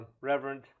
Reverend